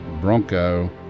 bronco